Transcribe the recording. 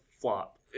flop